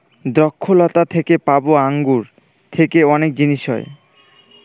দ্রক্ষলতা থেকে পাবো আঙ্গুর থেকে অনেক জিনিস হয়